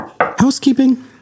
housekeeping